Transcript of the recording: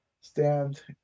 stand